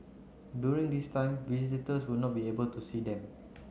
during this time visitors will not be able to see them